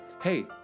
hey